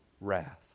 wrath